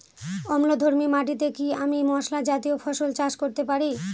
অম্লধর্মী মাটিতে কি আমি মশলা জাতীয় ফসল চাষ করতে পারি?